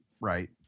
right